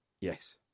Yes